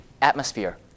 atmosphere